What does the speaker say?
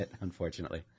unfortunately